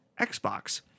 Xbox